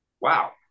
wow